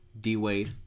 D-Wade